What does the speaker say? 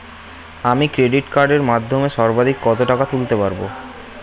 আমি ক্রেডিট কার্ডের মাধ্যমে সর্বাধিক কত টাকা তুলতে পারব?